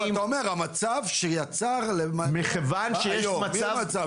אבל אתה אומר: המצב שיצר --- אין מצב כזה.